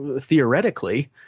theoretically